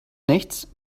nichts